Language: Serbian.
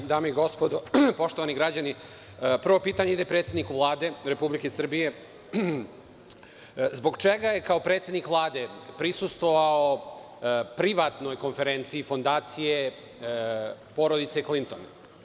Poštovane dame i gospodo, poštovani građani, prvo pitanje ide predsedniku Vlade Republike Srbije – zbog čega je kao predsednik Vlade prisustvovao privatnoj konferenciji fondacije porodice Klinton?